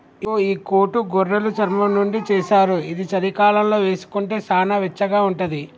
ఇగో గీ కోటు గొర్రెలు చర్మం నుండి చేశారు ఇది చలికాలంలో వేసుకుంటే సానా వెచ్చగా ఉంటది